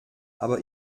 aber